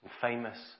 famous